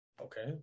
Okay